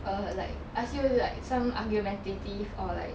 err like ask you like some argumentative or like